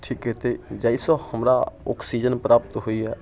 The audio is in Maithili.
ठीक हेतै जाहिसँ हमरा ऑक्सिजन प्राप्त होइए